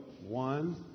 one